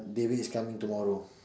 David is coming tomorrow